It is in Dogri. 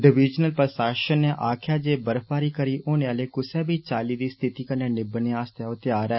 डवीजनल प्रषासन ने आक्खेआ ऐ बर्फबारी करी होने आह्ली कुसै बी चाल्ली स्थिति कन्नै निबड़ने आस्तै ओह तैयार ऐ